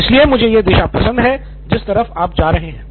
तो इसलिए मुझे यह दिशा पसंद है जिस तरफ आप जा रहे हैं